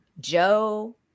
Joe